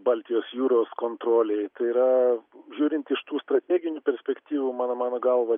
baltijos jūros kontrolei tai yra žiūrint iš tų strateginių perspektyvų mano mano galva